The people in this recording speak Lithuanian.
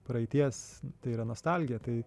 praeities tai yra nostalgija tai